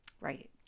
Right